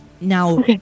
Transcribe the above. Now